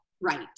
right